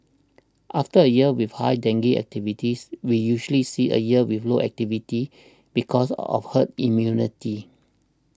after a year with high dengue activities we usually see a year with low activity because of herd immunity